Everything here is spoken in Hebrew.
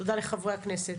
תודה לחברי הכנסת.